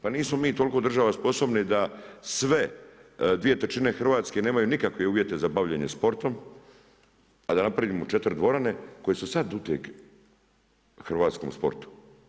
Pa nismo mi toliko država sposobni da sve, 2/3 Hrvatske nemaju nikakve uvjete za bavljenje sportom a da napravimo 4 dvorane koje su sada uteg hrvatskom sportu.